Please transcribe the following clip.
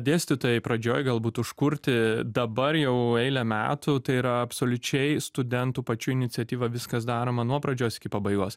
dėstytojai pradžioj galbūt užkurti dabar jau eilę metų tai yra absoliučiai studentų pačių iniciatyva viskas daroma nuo pradžios iki pabaigos